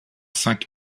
cinq